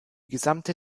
gesamte